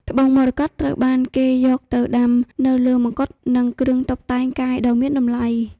ត្បូងមរកតត្រូវបានគេយកទៅដាំនៅលើមកុដ និងគ្រឿងតុបតែងកាយដ៏មានតម្លៃ។